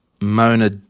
Mona